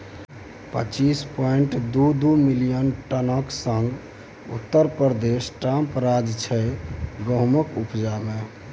पच्चीस पांइट दु दु मिलियन टनक संग उत्तर प्रदेश टाँप राज्य छै गहुमक उपजा मे